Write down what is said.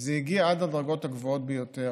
זה הגיע לדרגות הגבוהות ביותר,